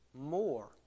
more